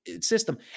system